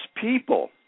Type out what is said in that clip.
people